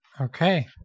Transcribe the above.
Okay